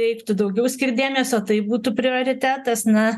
reiktų daugiau skirt dėmesio tai būtų prioritetas na